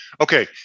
Okay